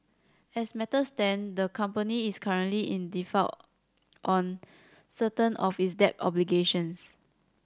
as matters stand the company is currently in default on certain of its debt obligations